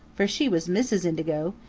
for she was mrs. indigo,